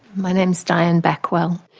my name is diane backwell.